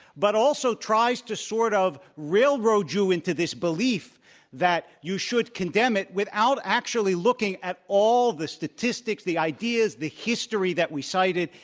but also tries to sort of railroad into this belief that you should condemn it without actually looking at all the statistics, the ideas, the history that we cited.